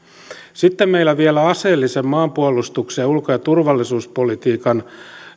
sitten meillä vielä aseellisen maanpuolustuksen ulko ja turvallisuuspolitiikan